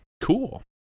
Cool